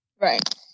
Right